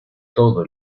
todo